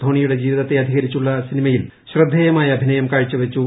ധോണിയുടെ ജീവിതത്തെ അധികരിച്ചുള്ള സിനിമയിൽ ശ്രദ്ധേയമായ അഭിനയം കാഴ്ചവച്ചു